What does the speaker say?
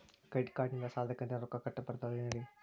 Credit ಕಾರ್ಡನಿಂದ ಸಾಲದ ಕಂತಿನ ರೊಕ್ಕಾ ಕಟ್ಟಾಕ್ ಬರ್ತಾದೇನ್ರಿ ಸಾರ್?